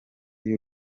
y’u